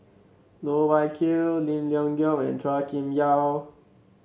Loh Wai Kiew Lim Leong Geok and Chua Kim Yeow